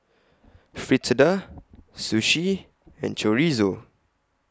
Fritada Sushi and Chorizo